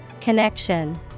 Connection